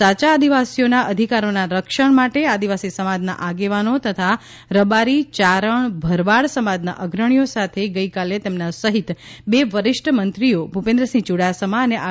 સાચા આદિવાસીઓના અધિકારોના રક્ષણ માટે આદિવાસી સમાજના આગેવાનો તથા રબારી ચારણ ભરવાડ સમાજના અગ્રણીઓ સાથે ગઇકાલે તેમના સહિત બે વરિષ્ઠ મંત્રીશ્રીઓ ભૂપેન્દ્રસિંહ યુડાસમા અને આર